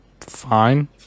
fine